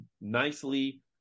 nicely